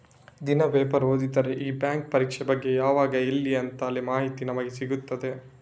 ದಿನಾ ಪೇಪರ್ ಓದಿದ್ರೆ ಈ ಬ್ಯಾಂಕ್ ಪರೀಕ್ಷೆ ಬಗ್ಗೆ ಯಾವಾಗ ಎಲ್ಲಿ ಅಂತೆಲ್ಲ ಮಾಹಿತಿ ನಮ್ಗೆ ಸಿಗ್ತದೆ